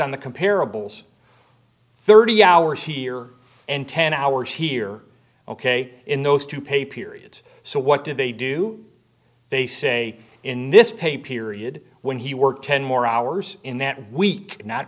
on the comparables thirty hours here and ten hours here ok in those to pay period so what did they do they say in this pay period when he worked ten more hours in that week not